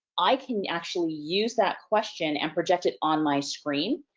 i can actually use that question and project it on my screen.